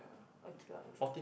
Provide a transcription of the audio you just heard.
okay lah